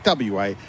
WA